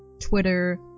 Twitter